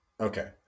Okay